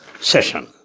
session